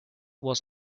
was